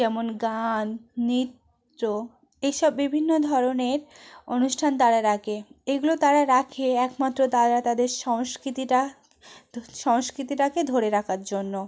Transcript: যেমন গান নিত্র এই সব বিভিন্ন ধরনের অনুষ্ঠান তারা রাখে এগুলো তারা রাখে একমাত্র তারা তাদের সংস্কৃতিটা তো সংস্কৃতিটাকে ধরে রাখার জন্য